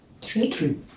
Three